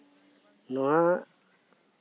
ᱱᱚᱣᱟ